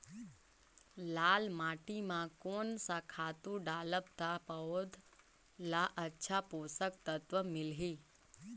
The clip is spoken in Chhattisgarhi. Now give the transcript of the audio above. लाल माटी मां कोन सा खातु डालब ता पौध ला अच्छा पोषक तत्व मिलही?